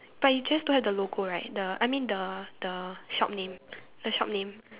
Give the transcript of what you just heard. but you just don't have the logo right the I mean the the shop name the shop name